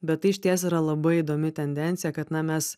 bet tai išties yra labai įdomi tendencija kad na mes